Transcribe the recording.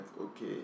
okay